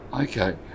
Okay